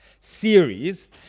series